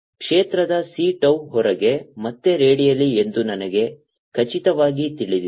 ಕ್ಷೇತ್ರದ c tau ಹೊರಗೆ ಮತ್ತೆ ರೇಡಿಯಲ್ ಎಂದು ನನಗೆ ಖಚಿತವಾಗಿ ತಿಳಿದಿದೆ